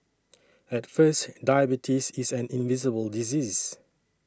at first diabetes is an invisible disease